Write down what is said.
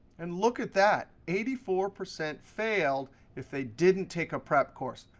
and look at that. eighty four percent failed if they didn't take a prep course.